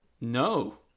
No